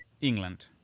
England